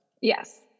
Yes